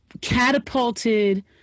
catapulted